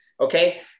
Okay